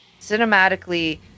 cinematically